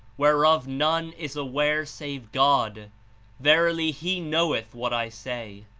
whereof none is aware save god verily he knoweth what i say!